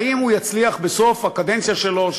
האם הוא יצליח בסוף הקדנציה שלו,